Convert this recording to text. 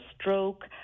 stroke